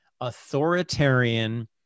authoritarian